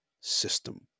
system